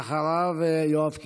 אחריו, יואב קיש.